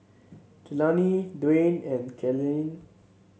Jelani Dwayne and Kalen